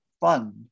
fun